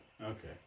Okay